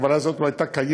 ההגבלה הזאת לא הייתה קיימת,